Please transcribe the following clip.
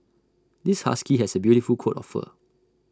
this husky has A beautiful coat of fur